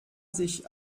sich